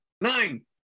Nine